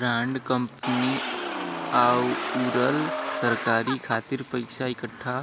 bond company आउर सरकार खातिर पइसा इकठ्ठा